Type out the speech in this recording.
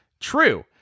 true